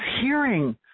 hearing